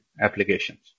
applications